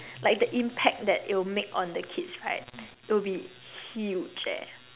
like the impact that it will make on the kids right it will be huge leh